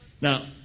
Now